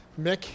Mick